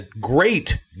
great